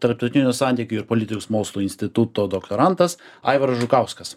tarptautinių santykių ir politikos mokslų instituto doktorantas aivaras žukauskas